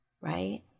right